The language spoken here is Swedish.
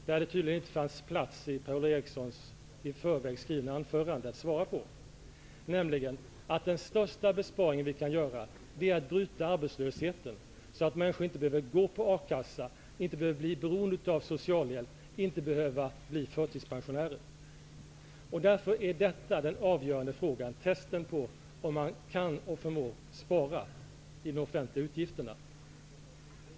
Tydligen fanns det inte plats för ett svar på den i Per-Ola Erikssons i förväg skrivna anförande. Den största besparing vi kan göra är ju att bryta arbetslösheten, så att människor inte behöver utnyttja A-kassan, bli beroende av socialhjälp eller bli förtidspensionärer. Därför är detta det avgörande testet på om man kan och förmår spara i de offentliga utgifterna.